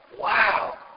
wow